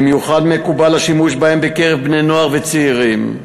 במיוחד מקובל השימוש בהם בקרב בני-נוער וצעירים.